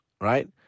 Right